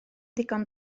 ddigon